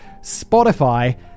Spotify